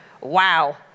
Wow